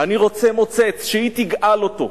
אני רוצה מוצץ, שהיא תגאל אותו.